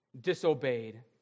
disobeyed